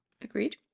agreed